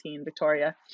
Victoria